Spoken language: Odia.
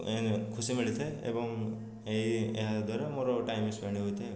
ଏଇ ଖୁସି ମିଳିଥାଏ ଏବଂ ଏଇ ଏହାଦ୍ୱାରା ମୋର ଟାଇମ୍ ସ୍ପେଣ୍ଡ୍ ହୋଇଥାଏ ଆଉ